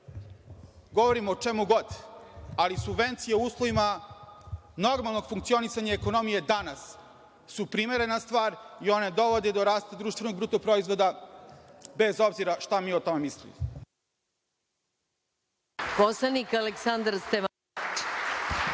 govorimo o čemu god, ali subvencije u uslovima normalnog funkcionisanja ekonomije danas su primerena stvar i one dovode do rasta BDP bez obzira šta mi o tome mislili.